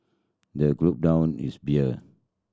the down his beer